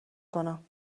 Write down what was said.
کنم